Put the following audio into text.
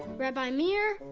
rabbi meir,